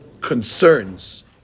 concerns